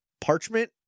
parchment